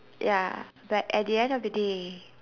ya but at the end of the day